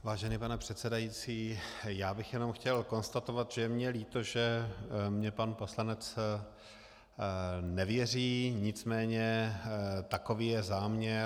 Vážený pane předsedající, já bych jenom chtěl konstatovat, že je mi líto, že mně pan poslanec nevěří, nicméně takový je záměr.